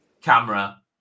camera